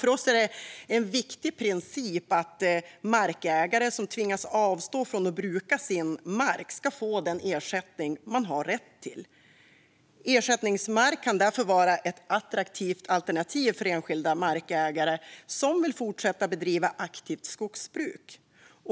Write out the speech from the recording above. För oss är det en viktig princip att markägare som tvingas avstå från att bruka sin mark ska få den ersättning som de har rätt till. Ersättningsmark kan därför vara ett attraktivt alternativ för enskilda markägare som vill fortsätta bedriva aktivt skogsbruk.